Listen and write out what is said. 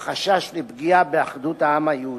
משום החשש לפגיעה באחדות העם היהודי,